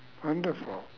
wonderful